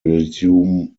resume